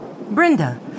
Brenda